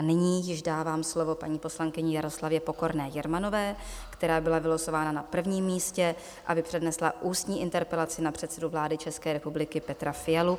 Nyní již dávám slovo paní poslankyni Jaroslavě Pokorné Jermanové, která byla vylosována na prvním místě, aby přednesla ústní interpelaci na předsedu vlády České republiky Petra Fialu.